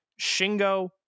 Shingo